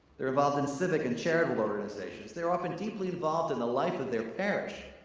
they're involved in civic and charitable organizations, they're often deeply involved in the life of their parish.